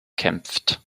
kämpft